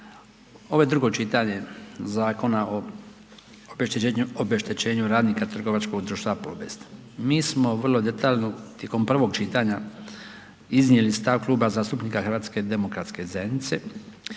je drugo čitanje Zakona o obeštećenju radnika Trgovačkog društva „Plobest“. Mi smo vrlo detaljno tijekom prvog čitanja iznijeli Klub zastupnika HDZ-a u kojemu